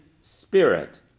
spirit